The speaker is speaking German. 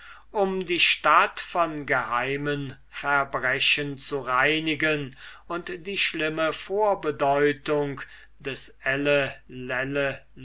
um die stadt von geheimen verbrechen zu reinigen und die schlimme vorbedeutung des